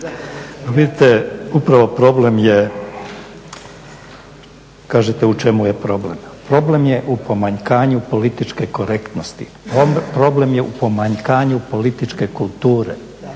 Vidite upravo problem je kažete u čemu je problem. problem je u pomanjkanju političke korektnosti, problem je pomanjkanju političke kulture,